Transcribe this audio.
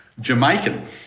Jamaican